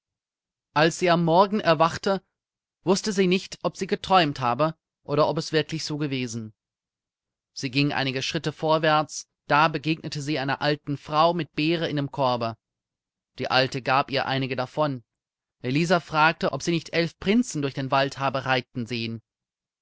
als sie am morgen erwachte wußte sie nicht ob sie geträumt habe oder ob es wirklich so gewesen sie ging einige schritte vorwärts da begegnete sie einer alten frau mit beeren in dem korbe die alte gab ihr einige davon elisa fragte ob sie nicht elf prinzen durch den wald habe reiten sehen